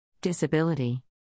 Disability